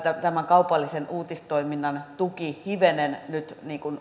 kaupallisen uutistoiminnan tuki hivenen nyt